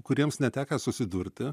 kuriems netekę susidurti